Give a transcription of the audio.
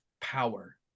power